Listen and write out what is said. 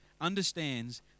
understands